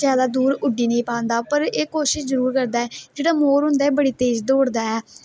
एह् ज्यादा दूर उड्डी नेई पांदे पर एह् कोशिश जरुर करदा ऐ जेहड़ा मोर होंदा ऐ बड़ी तेज दौड़दा ऐ